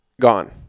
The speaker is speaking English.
gone